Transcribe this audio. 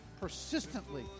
persistently